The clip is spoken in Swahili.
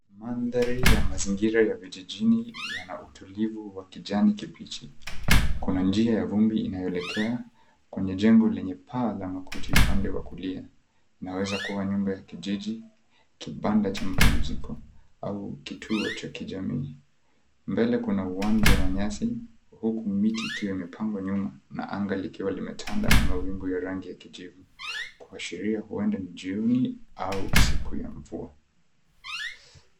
Mandhari ya mazingira ya vijijini yana utulivu wa kijani kibichi. Kuna njia ya vumbi inayoelekea kwenye jengo lenye paa la makuti upande wa kulia inaweza kua nyumba ya kijiji, kibanda cha mapumziko au kituo cha kijamii. Mbele kuna uwanja wa nyasi huku miti ikiwa imepangwa nyuma na anga likiwa limetanda na mawingu ya rangi ya kijivu kuashiria huenda ni jioni au siku ya mvua.